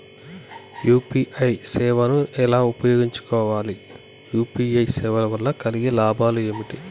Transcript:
UPI సేవను ఎలా ఉపయోగించు కోవాలి? యూ.పీ.ఐ సేవల వల్ల కలిగే లాభాలు ఏమిటి?